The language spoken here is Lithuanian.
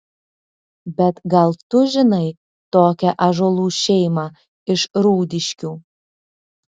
bet gal tu žinai tokią ąžuolų šeimą iš rūdiškių